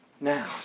now